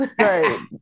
Right